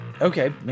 Okay